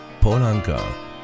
Polanka